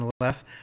Nonetheless